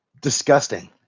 disgusting